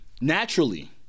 Naturally